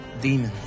demons